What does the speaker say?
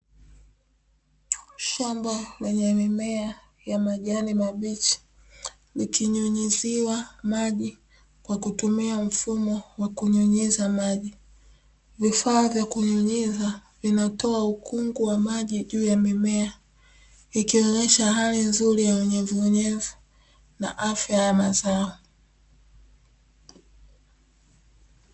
Shamba lenye mimea ya majani mabichi ikinyunyiziwa maji kwa kutumia mfumo wa kunyunyiza maji. Vifaa vya kunyunyiza vinatoa ukungu wa maji juu ya mimea, ikionyesha hali nzuri ya unyevunyevu na afya ya mazao.